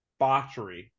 botchery